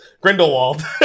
Grindelwald